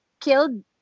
killed